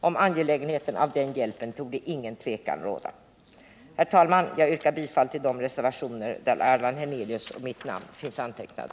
Om angelägenheten av den hjälpen torde ingen tvekan råda. Herr talman! Jag yrkar bifall till de reservationer; där Allan Hernelius och mitt namn finns antecknade.